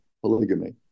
polygamy